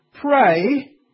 pray